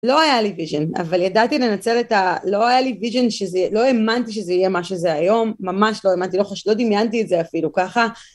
לא היה לי ויז'ן, אבל ידעתי לנצל את ה... לא היה לי ויז'ן, לא האמנתי שזה יהיה מה שזה היום, ממש לא האמנתי, לא חושבת, לא דמיינתי את זה אפילו ככה.